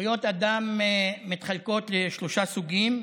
זכויות האדם נחלקות לשלושה סוגים: